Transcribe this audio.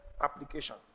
application